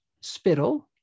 spittle